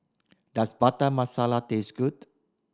does Butter Masala taste good